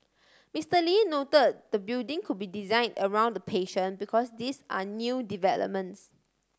Mister Lee note the building could be design around the patient because these are new developments